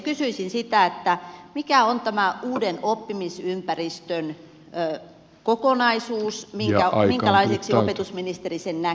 kysyisin sitä mikä on tämä uuden oppimisympäristön kokonaisuus ja minkälaiseksi opetusministeri sen näkee